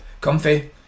Comfy